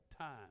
time